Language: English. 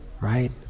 right